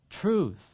Truth